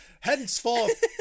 Henceforth